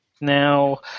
Now